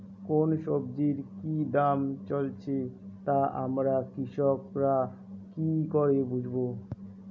কোন সব্জির কি দাম চলছে তা আমরা কৃষক রা কি করে বুঝবো?